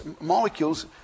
molecules